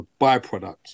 byproduct